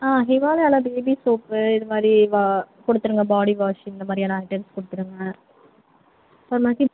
ஆ ஹிமாலையாவில் baby soap இது மாதிரி வா குடுத்துடுங்க பாடி வாஷ் இந்த மாதிரியான ஐட்டம்ஸ் கொடுத்துருங்க அப்றமேக்கி